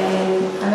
תודה,